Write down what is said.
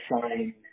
sign